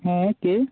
হ্যাঁ কে